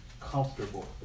comfortable